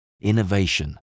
innovation